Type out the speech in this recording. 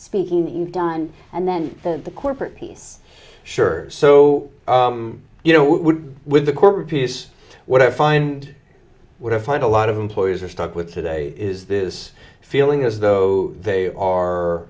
speaking that you've done and then the corporate piece sure so you know we're with the core piece what i find what i find a lot of employees are stuck with today is this feeling as though they are